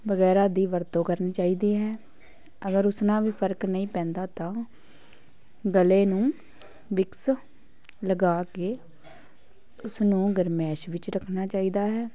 ਵਗੈਰਾ ਦੀ ਵਰਤੋਂ ਕਰਨੀ ਚਾਹੀਦੀ ਹੈ ਅਗਰ ਉਸ ਨਾਲ ਵੀ ਫਰਕ ਨਹੀਂ ਪੈਂਦਾ ਤਾਂ ਗਲੇ ਨੂੰ ਵਿਕਸ ਲਗਾ ਕੇ ਉਸਨੂੰ ਗਰਮੈਸ਼ ਵਿੱਚ ਰੱਖਣਾ ਚਾਹੀਦਾ ਹੈ